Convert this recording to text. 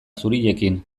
zuriekin